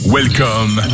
Welcome